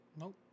Nope